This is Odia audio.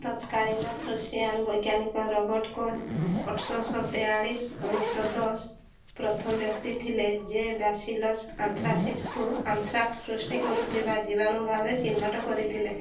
ତତ୍କାଳୀନ ପ୍ରସିଆନ୍ ବୈଜ୍ଞାନିକ ରବର୍ଟ କୋଚ୍ ଅଠରଶହ ତେୟାଳିଶ ଉଣେଇଶହ ଦଶ ପ୍ରଥମ ବ୍ୟକ୍ତି ଥିଲେ ଯେ ବ୍ୟାସିଲସ୍ ଆନ୍ଥ୍ରାସିସ୍କୁ ଆନ୍ଥ୍ରାକ୍ସ ସୃଷ୍ଟି କରୁଥିବା ଜୀବାଣୁ ଭାବେ ଚିହ୍ନଟ କରିଥିଲେ